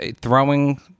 throwing